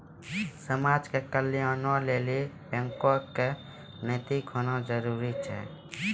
समाज के कल्याणों लेली बैको क नैतिक होना जरुरी छै